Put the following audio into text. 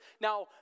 Now